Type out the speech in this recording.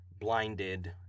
blinded